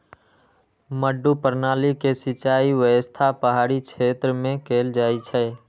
मड्डू प्रणाली के सिंचाइ व्यवस्था पहाड़ी क्षेत्र मे कैल जाइ छै